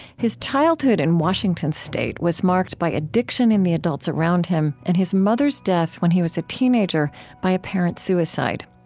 his childhood in washington state was marked by addiction in the adults around him and his mother's death when he was a teenager by apparent suicide.